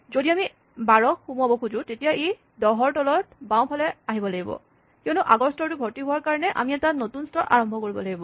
যদি আমি ১২ ক সোমোৱাব খোজো তেতিয়াহ'লে ই ১০ ৰ তলত বাওঁফালে আহিব লাগিব কিয়নো আগৰ স্তৰটো ভৰ্তি হোৱাৰ কাৰণে আমি এটা নতুন স্তৰ আৰম্ভ কৰিব লাগিব